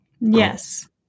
Yes